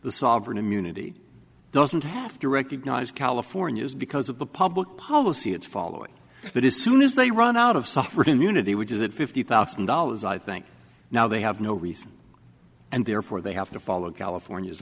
the sovereign immunity doesn't have to recognize california's because of the public policy it's following but as soon as they run out of suffrage in unity which is it fifty thousand dollars i think now they have no reason and therefore they have to follow california's